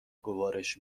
گوارش